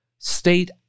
state